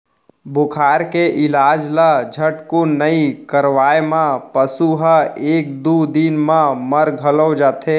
बुखार के इलाज ल झटकुन नइ करवाए म पसु ह एक दू दिन म मर घलौ जाथे